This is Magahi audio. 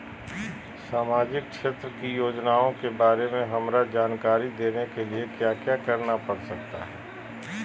सामाजिक क्षेत्र की योजनाओं के बारे में हमरा जानकारी देने के लिए क्या क्या करना पड़ सकता है?